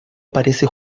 aparece